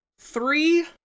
Three